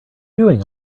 doing